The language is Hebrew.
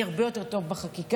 אני הרבה יותר טובה בחקיקה.